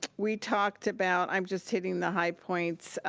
we talked about, i'm just hitting the high points,